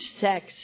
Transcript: sex